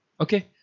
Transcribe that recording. Okay